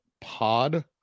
pod